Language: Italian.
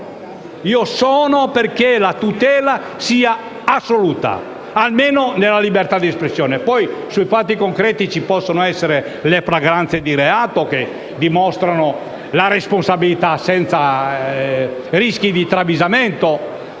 Io sono perché la tutela sia assoluta, almeno nella libertà di espressione, poi sui fatti concreti ci possono essere le flagranze di reato che dimostrano la responsabilità senza rischi di travisamento,